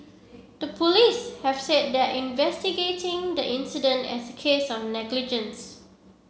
the police have said they are investigating the incident as a case of negligence